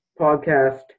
Podcast